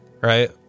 Right